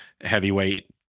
heavyweight